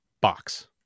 box